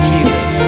Jesus